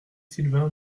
sylvain